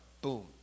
Boom